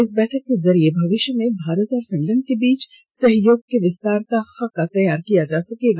इस बैठक के जरिए भविष्य में भारत और फिनलैंड के बीच सहयोग के विस्तार का खाका तैयार किया जा सकेगा